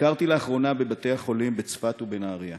ביקרתי לאחרונה בבתי-החולים בצפת ובנהריה.